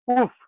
oof